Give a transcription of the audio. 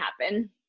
happen